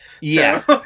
yes